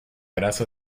grasa